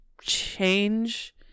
change